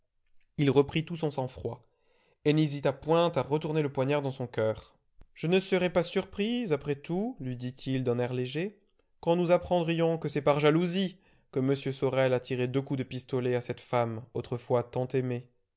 il reprit tout son sang-froid et n'hésita point à retourner le poignard dans son coeur je ne serais pas surpris après tout lui dit-il d'un air léger quand nous apprendrions que c'est par jalousie que m sorel a tiré deux coups de pistolet à cette femme autrefois tant aimée